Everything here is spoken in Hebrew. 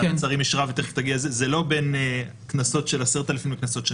ועדת השרים אישרה ותכף תגיע זה לא בין קנסות של 10,000 לקנסות של